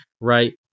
right